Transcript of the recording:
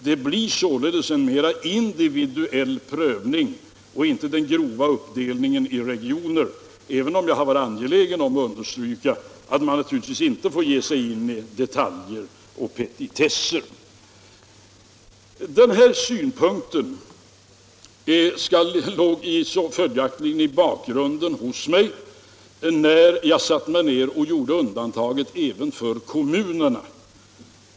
Det blir således en mera individuell prövning och inte den grova uppdelningen i regioner, även om jag givetvis samtidigt har varit angelägen om att understryka att man inte får ge sig in i detaljer och petitesser. Denna synpunkt låg följaktligen i bakgrunden när jag gjorde undantaget i propositionen även för kommunerna.